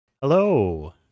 hello